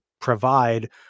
provide